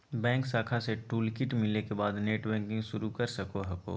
bank शाखा से toolkit मिले के बाद नेटबैंकिंग शुरू कर सको हखो